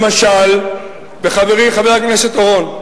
למשל בחברי חבר הכנסת אורון.